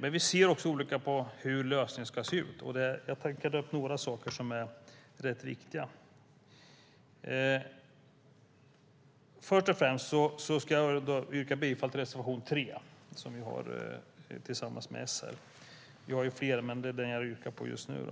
Men vi ser också olika på hur lösningarna ska se ut. Jag tänkte ta upp några saker som är rätt viktiga. Först och främst yrkar jag bifall till reservation 3 som vi har tillsammans med S. Vi har fler, men det är den reservation jag yrkar på just nu.